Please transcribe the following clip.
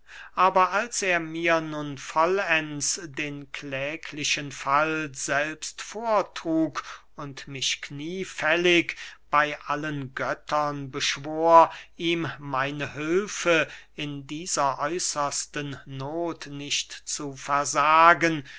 aber als er mir nun vollends den kläglichen fall selbst vortrug und mich kniefällig bey allen göttern beschwor ihm meine hülfe in dieser äußersten noth nicht zu versagen